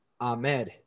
Ahmed